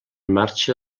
marxa